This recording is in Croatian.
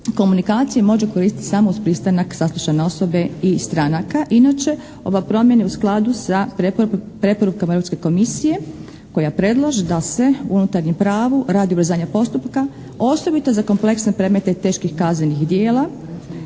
komunikacije može koristiti samo uz pristanak saslušane osobe i stranaka. Inače, ova promjena je u skladu sa preporukama Europske komisije koja predlaže da se unutarnjem pravu radi ubrzanja postupka osobito za kompleksne predmete teških kaznenih djela